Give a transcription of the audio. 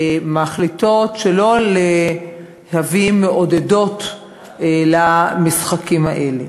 שמחליטות שלא להביא מעודדות למשחקים האלה.